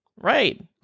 Right